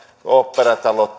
oopperatalot